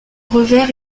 revers